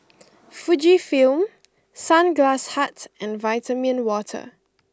Fujifilm Sunglass Hut and Vitamin Water